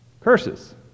curses